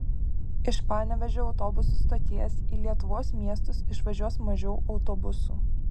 iš panevėžio autobusų stoties į lietuvos miestus išvažiuos mažiau autobusų